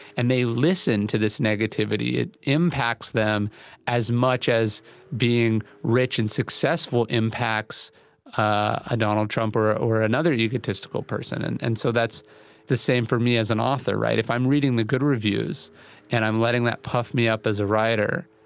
and they listen to this negativity, it impacts them as much as being rich and successful impacts a donald trump or ah or another egotistical person. and and so that's the same for me as an author. if i'm reading the good reviews and i'm letting that puff me up as a writer,